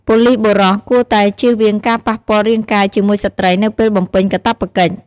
ប៉ូលិសបុរសគួរតែជៀសវាងការប៉ះពាល់រាងកាយជាមួយស្ត្រីនៅពេលបំពេញកាតព្វកិច្ច។